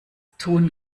tun